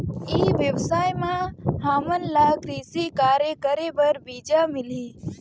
ई व्यवसाय म हामन ला कृषि कार्य करे बर बीजा मिलही?